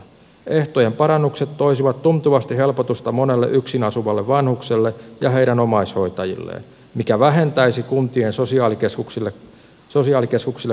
ehtojen parannukset toisivat tuntuvasti helpotusta monelle yksin asuvalle vanhukselle ja heidän omaishoitajilleen mikä vähentäisi kuntien sosiaalikeskuksille kasaantuvaa työtaakkaa